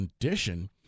condition